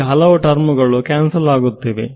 ಇಲ್ಲಿ ಹಲವು ಟರ್ಮ್ ಗಳು ಕ್ಯಾನ್ಸಲ್ ಆಗುತ್ತಿವೆ